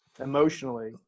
emotionally